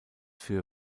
für